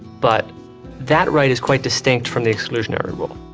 but that right is quite distinct from the exclusionary rule.